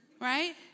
Right